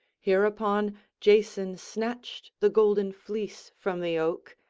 hereupon jason snatched the golden fleece from the oak,